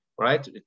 right